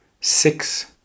six